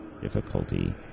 Difficulty